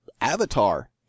Avatar